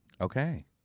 okay